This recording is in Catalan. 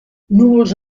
núvols